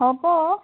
হ'ব